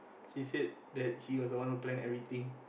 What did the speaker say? she said that she was the one who planned everything